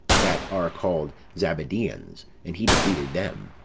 that are called zabadeans and he defeated them,